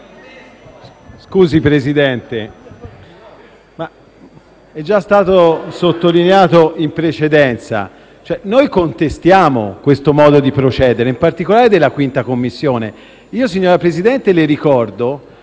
Signor Presidente, come è stato sottolineato in precedenza, noi contestiamo questo modo di procedere, in particolare della 5ª Commissione.